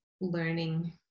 learning